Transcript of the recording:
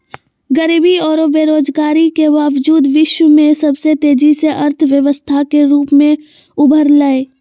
गरीबी औरो बेरोजगारी के बावजूद विश्व में सबसे तेजी से अर्थव्यवस्था के रूप में उभरलय